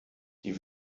die